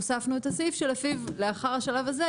הוספנו את הסעיף שלפיו לאחר השלב הזה,